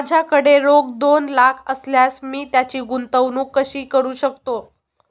माझ्याकडे रोख दोन लाख असल्यास मी त्याची गुंतवणूक कशी करू शकतो?